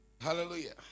Hallelujah